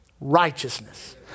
righteousness